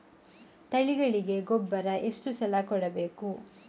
ತಳಿಗಳಿಗೆ ಗೊಬ್ಬರ ಎಷ್ಟು ಸಲ ಕೊಡಬೇಕು?